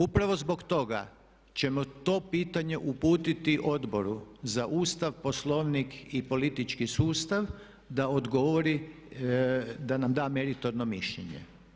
Upravo zbog toga ćemo to pitanje uputiti Odboru za Ustav, Poslovnik i politički sustav da odgovori da nam da meritorno mišljenje.